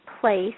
place